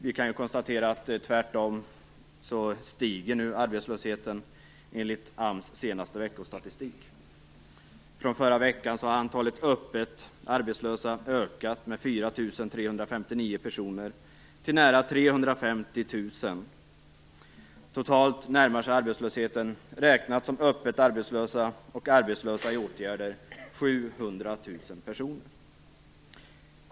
Vi kan ju konstatera att arbetslösheten nu tvärtom stiger enligt AMS senaste veckostatistik. Från förra veckan har antalet öppet arbetslösa ökat med 4 359 personer till nära 350 000. Totalt närmar sig arbetslösheten, räknat i öppet arbetslösa och arbetslösa i åtgärder, 700 000 personer.